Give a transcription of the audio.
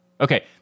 Okay